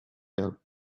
help